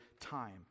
time